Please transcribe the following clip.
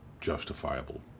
justifiable